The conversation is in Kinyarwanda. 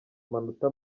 amanota